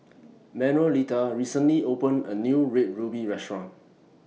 Manuelita recently opened A New Red Ruby Restaurant